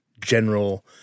general